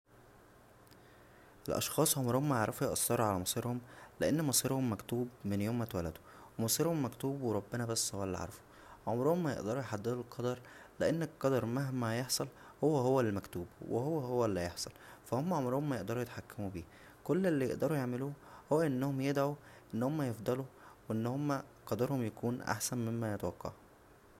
الاشخاص عمرهم ما هيعرفو ياثرو على مصيرهم لان مصيرهم مكتوب من يوم ما اتولدو و مصيرهم مكتوب وربنا بس هو اللى عارفه عمرهم ما يقدرو يحددو القدر لان القدر مهما هيحصل هو هوالمكتوب و هو هو اللى هيحصل فا هما عمرهم ما هيقدرو يتحكمو بيه كل اللى يقدرو يعملوه هو انهم يدعو ان هم يفضلوا و ان هم قدرهم يكون احسن مما يتوقعو